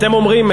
אתם אומרים,